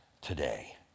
today